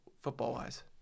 football-wise